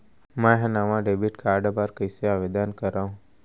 मै हा नवा डेबिट कार्ड बर कईसे आवेदन करव?